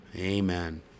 amen